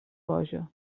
boja